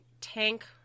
tank